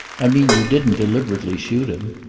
i mean, you didn't deliberately shoot him?